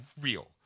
real